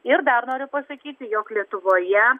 ir dar noriu pasakyti jog lietuvoje